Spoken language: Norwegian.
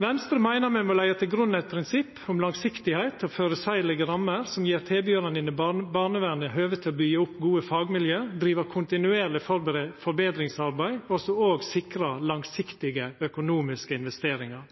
Venstre meiner me må leggja til grunn eit prinsipp om å vera langsiktig og om føreseielege rammer, noko som gjev tilbydarane i barnevernet høve til å byggja opp gode fagmiljø, driva kontinuerleg forbetringsarbeid og sikra langsiktige økonomiske investeringar.